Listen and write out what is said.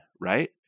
right